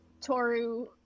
Toru